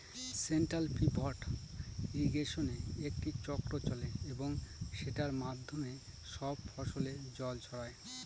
central pivot ইর্রিগেশনে একটি চক্র চলে এবং সেটার মাধ্যমে সব ফসলে জল ছড়ায়